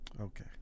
Okay